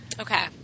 Okay